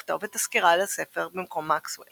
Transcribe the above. לכתוב את הסקירה על הספר במקום מקסוול.